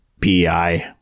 PEI